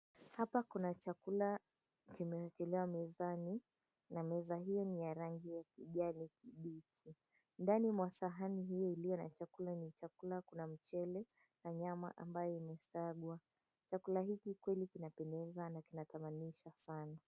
Hapa kuna chakula kimeekelewa mezani na meza hiyo ni ya rangi ya kijani kibichi. Ndani mwa sahani hiyo ilio na chakula ni chakula, kuna mchele na nyama ambayo imesagwa. Chakula hichi kweli kinapendeza na kinatamanisha sana.